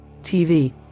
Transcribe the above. tv